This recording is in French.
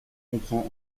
comprend